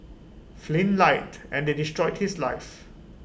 Flynn lied and they destroyed his life